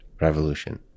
revolution